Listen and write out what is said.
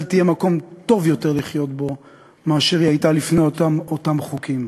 תהיה מקום טוב יותר לחיות בו מאשר היא הייתה לפני אותם חוקים.